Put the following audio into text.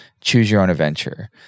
choose-your-own-adventure